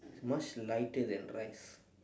it's much lighter than rice